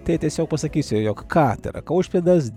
tai tiesiog pasakysiu jog ka tai yra kaušpėdas